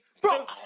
Bro